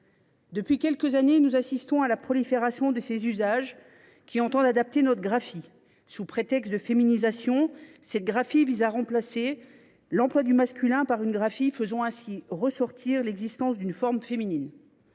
Depuis quelques années, nous assistons à la prolifération de ces usages qui entendent adapter notre graphie. Sous prétexte de féminisation, ils visent à remplacer l’emploi du masculin par une graphie faisant ressortir l’existence d’une forme féminine.